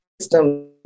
system